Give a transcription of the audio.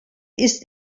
ist